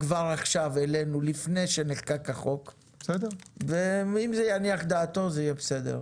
כבר עכשיו אלינו עוד לפני שנחקק החוק ואם זה יניח את דעתו זה יהיה בסדר.